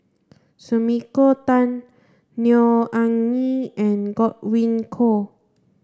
Sumiko Tan Neo Anngee and Godwin Koay